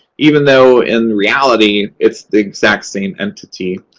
even though in reality it's the exact same entity.